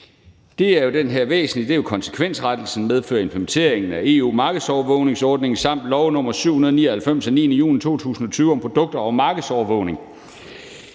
de store knaster i L 21. Det er jo en konsekvensrettelse i medfør af implementeringen af EU's markedsovervågningsforordning samt lov nr. 799 af 9. juni 2020 om produkter og markedsovervågning.